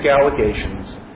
allegations